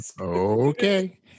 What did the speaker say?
Okay